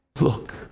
Look